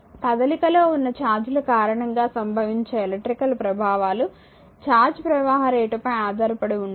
కదలికలో వున్న ఛార్జ్ ల కారణంగా సంభవించే ఎలక్ట్రికల్ ప్రభావాలు ఛార్జ్ ప్రవహ రేటుపై ఆధారపడి ఉంటాయి